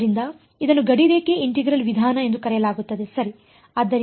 ಆದ್ದರಿಂದ ಇದನ್ನು ಗಡಿರೇಖೆ ಇಂಟಿಗ್ರಲ್ ವಿಧಾನ ಎಂದು ಕರೆಯಲಾಗುತ್ತದೆ ಸರಿ